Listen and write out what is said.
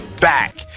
back